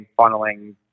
funneling